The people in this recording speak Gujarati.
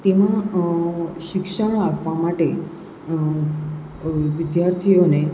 તેમાં શિક્ષણ આપવા માટે વિદ્યાર્થીઓને